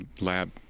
lab